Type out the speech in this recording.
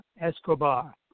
Escobar